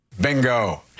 Bingo